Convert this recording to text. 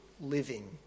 living